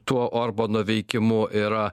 tuo orbano veikimu yra